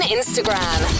Instagram